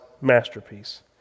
masterpiece